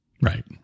Right